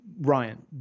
Ryan